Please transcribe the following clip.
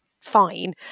fine